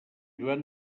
joan